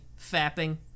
fapping